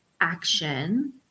action